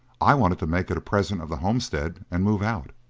i wanted to make it a present of the homestead and move out.